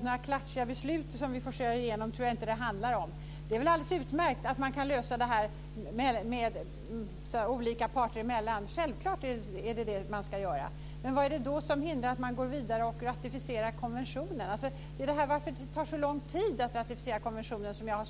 Några klatschiga beslut handlar det inte om. Det är väl alldeles utmärkt att lösa detta olika parter emellan. Det är självklart det som ska göras. Vad är det då som hindrar att man går vidare och ratificerar konventionen? Jag har svårt att begripa varför det tar så lång tid att ratificera konventionen.